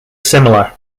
similar